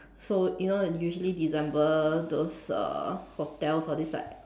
so you know usually December those uh hotel for this like